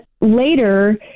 Later